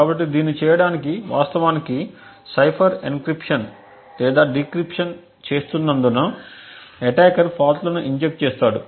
కాబట్టి దీన్ని చేయడానికి వాస్తవానికి సైఫర్ ఎన్క్రిప్షన్ లేదా డిక్రిప్షన్ చేస్తున్నందున అటాకర్ ఫాల్ట్ లను ఇంజెక్ట్ చేస్తాడు